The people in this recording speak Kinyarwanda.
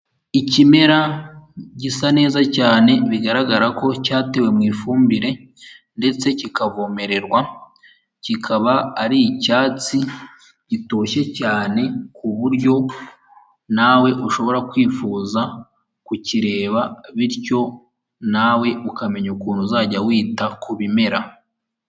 Ikimera gisa neza cyane bigaragara ko cyatewe mw’ifumbire ndetse kikavomererwa, kikaba ar’icyatsi gitoshye cyane ku buryo nawe ushobora kwifuza kukireba, bityo nawe ukamenya ukuntu uzajya wita ku bimera.